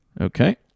Okay